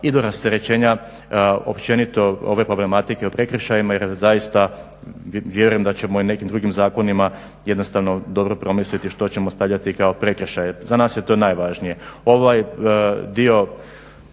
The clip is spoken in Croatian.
i do rasterećenja općenito ove problematike o prekršajima jer zaista vjerujem da ćemo i nekim drugim zakonima jednostavno dobro promisliti što ćemo staviti kao prekršaje. Za nas je to najvažnije. Ovaj dio